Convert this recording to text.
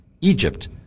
Egypt